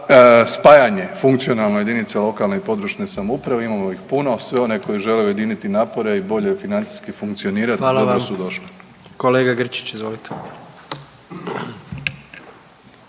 spajanje funkcionalno jedinica lokalne i područne samouprave, imamo ih puno. Sve one koji žele ujediniti napore i bolje financijski funkcionirati dobro …/Upadica: Hvala vam./… su došli.